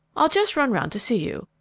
i'll just run round to see you.